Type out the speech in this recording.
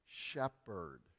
shepherd